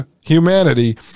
humanity